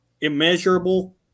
immeasurable